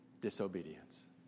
disobedience